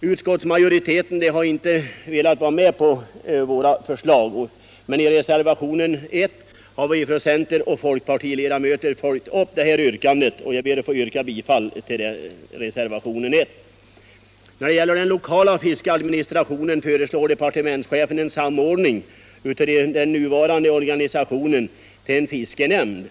Utskottsmajoriteten har inte velat vara med på våra förslag, men i reservationen 1 har vi centeroch folkpartiledamöter följt upp yrkandet, och jag yrkar bifall till denna reservation. När det gäller den lokala fiskeadministrationen föreslår departementschefen en samordning av den nuvarande organisationen till en fiskenämnd.